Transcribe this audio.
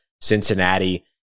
Cincinnati